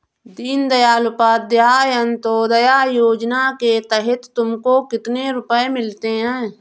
दीन दयाल उपाध्याय अंत्योदया योजना के तहत तुमको कितने रुपये मिलते हैं